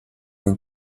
den